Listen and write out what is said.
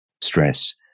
stress